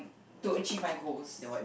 to achieve my goals